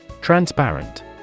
transparent